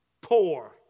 poor